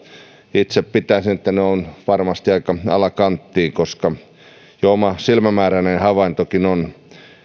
itse pitäisin että ne ovat varmasti aika alakanttiin koska jo oma silmämääräinen havaintokin on